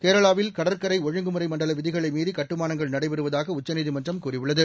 கேரளாவில் கடற்கரை ஒழுங்குமுறை மண்டல விதிகளை மீறி கட்டுமானங்கள் நடைபெறுவதாக உச்சநீதிமன்றம் கூறியுள்ளது